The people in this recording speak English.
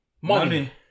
Money